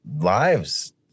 lives